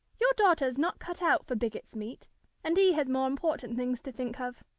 your daughter's not cut out for bigot's meat and he has more important things to think of.